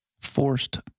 Forced